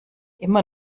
immer